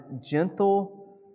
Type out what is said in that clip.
gentle